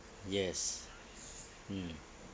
yes mm